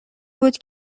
بود